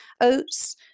Oats